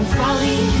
folly